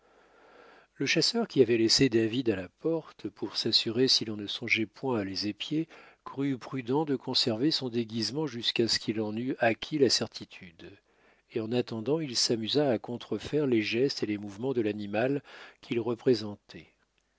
le chasseur qui avait laissé david à la porte pour s'assurer si l'on ne songeait point à les épier crut prudent de conserver son déguisement jusqu'à ce qu'il en eût acquis la certitude et en attendant il s'amusa à contrefaire les gestes et les mouvements de l'animal qu'il représentait